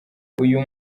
uyu